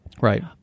Right